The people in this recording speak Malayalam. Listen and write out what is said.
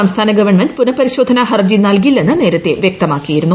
സംസ്ഥാന ഗവൺമെന്റ് പുനപരിശോധന ഹർജി നൽകില്ലെന്ന് നേരത്തെ വ്യക്തമാക്കിയിരുന്നു